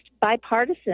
bipartisan